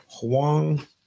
Huang